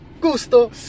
Gusto